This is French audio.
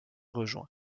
rejoint